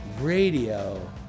radio